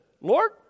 Lord